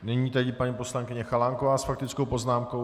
Nyní tedy paní poslankyně Chalánková s faktickou poznámkou.